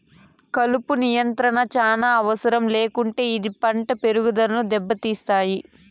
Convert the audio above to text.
కలుపు నియంత్రణ చానా అవసరం లేకుంటే ఇది పంటల పెరుగుదనను దెబ్బతీస్తాయి